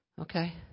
Okay